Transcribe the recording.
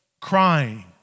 crying